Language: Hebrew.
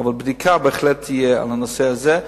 אבל בדיקה בהחלט תהיה על הנושא הזה.